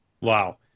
wow